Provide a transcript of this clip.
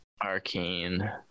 arcane